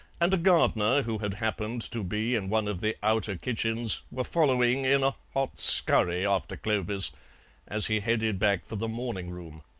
and a gardener who had happened to be in one of the outer kitchens were following in a hot scurry after clovis as he headed back for the morning-room.